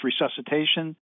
resuscitation